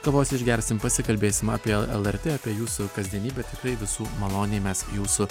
kavos išgersim pasikalbėsim apie lrt apie jūsų kasdienybę tikrai visų maloniai mes jūsų